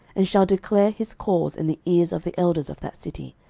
and shall declare his cause in the ears of the elders of that city,